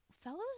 Fellow's